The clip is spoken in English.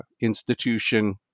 institution